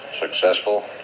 successful